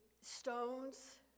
stones